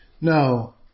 No